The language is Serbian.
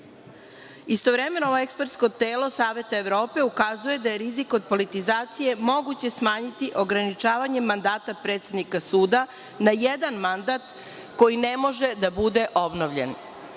kandidata. Istovremeno ovo ekspertsko telo Saveta Evrope ukazuje da je rizik od politizacije moguće je smanjiti ograničavanjem mandata predsednika suda na jedan mandat koji ne može da bude obnovljen.